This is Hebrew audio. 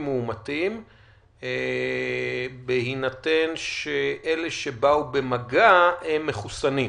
מאומתים בהינתן שאלה שבאו במגע הם מחוסנים.